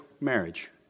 marriage